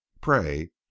pray